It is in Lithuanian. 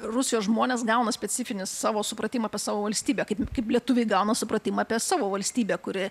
rusijos žmonės gauna specifinį savo supratimą apie savo valstybę kaip kaip lietuviai gauna supratimą apie savo valstybę kuri